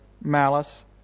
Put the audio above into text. malice